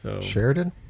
Sheridan